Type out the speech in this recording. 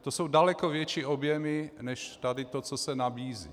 To jsou daleko větší objemy než tady to, co se nabízí.